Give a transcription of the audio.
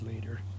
later